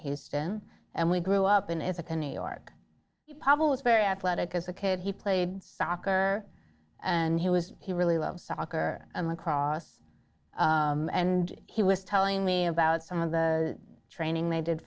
histon and we grew up in ithaca new york is very athletic as a kid he played soccer and he was he really loves soccer and lacrosse and he was telling me about some of the training they did